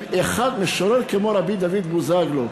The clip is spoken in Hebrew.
אם משורר כמו רבי דוד בוזגלו,